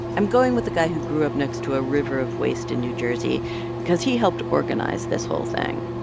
i'm going with a guy who grew up next to a river of waste in new jersey cause he helped organize this whole thing.